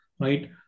right